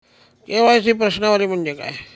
KYC प्रश्नावली म्हणजे काय?